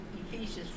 Ephesians